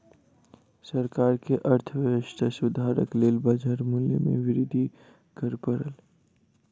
सरकार के अर्थव्यवस्था सुधारक लेल बाजार मूल्य में वृद्धि कर पड़ल